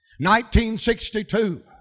1962